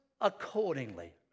accordingly